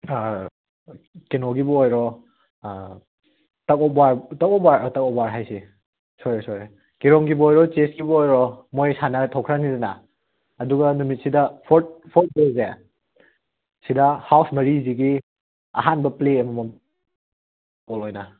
ꯑꯥ ꯀꯩꯅꯣꯒꯤꯕꯨ ꯑꯣꯏꯔꯣ tug of war tug of war tug of war ꯍꯥꯏꯁꯦ ꯁꯣꯏꯔꯦ ꯁꯣꯏꯔꯦ ꯀꯦꯔꯣꯝꯒꯤꯕꯨ ꯑꯣꯏꯔꯣ ꯆꯦꯁꯀꯤꯕꯨ ꯑꯣꯏꯔꯣ ꯃꯣꯏ ꯁꯥꯟꯅ ꯊꯣꯛꯈ꯭ꯔꯅꯤꯗꯅ ꯑꯗꯨꯒ ꯅꯨꯃꯤꯠꯁꯤꯗ ꯐꯣꯔꯠ ꯐꯣꯔꯠꯀꯩꯁꯦ ꯁꯤꯗ ꯍꯥꯎꯁ ꯃꯔꯤꯁꯤꯒꯤ ꯑꯍꯥꯟꯕ ꯄ꯭ꯂꯦ ꯑꯃꯃꯝ